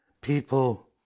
people